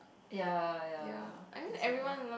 ya ya that's why